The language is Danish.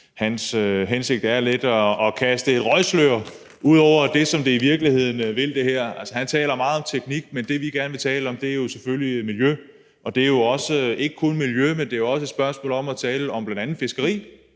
Jensens hensigt lidt er at kaste et røgslør ud over det, som det her i virkeligheden vil. Altså, han taler meget om teknik, men det, som vi gerne vil tale om, er jo selvfølgelig miljø, og det er ikke kun miljø, men det er også et spørgsmål om at tale om bl.a. fiskeri.